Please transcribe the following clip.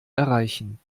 erreichen